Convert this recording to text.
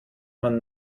man